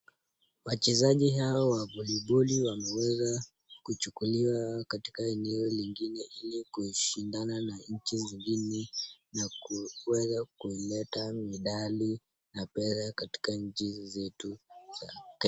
Wachezaji hao wa voliboli wameweza kuchukuliwa katika eneo lingine ili kuishindana na nchi zingine na kuweza kuileta medali na fedha katika nchi zetu za ke...